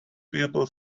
people